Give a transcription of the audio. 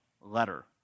letter